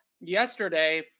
yesterday